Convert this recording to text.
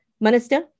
Minister